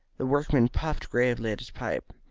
the workman puffed gravely at his pipe.